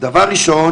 דבר ראשון